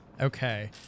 okay